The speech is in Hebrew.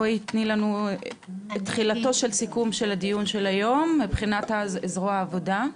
בואי תני לנו את תחילתו של סיכום הדיון של היום מבחינת זרוע העבודה.